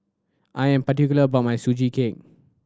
I am particular about my Sugee Cake